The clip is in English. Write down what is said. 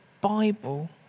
Bible